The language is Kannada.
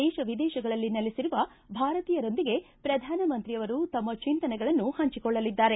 ದೇಶ ವಿದೇಶಗಳಲ್ಲಿ ನೆಲೆಸಿರುವ ಭಾರತೀಯರೊಂದಿಗೆ ಪ್ರಧಾನಮಂತ್ರಿ ಅವರು ತಮ್ಮ ಚಿಂತನೆಗಳನ್ನು ಹಂಚಿಕೊಳ್ಳಲಿದ್ದಾರೆ